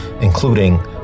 including